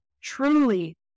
Truly